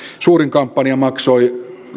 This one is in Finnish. suurin kampanja maksoi